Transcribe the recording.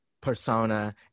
Persona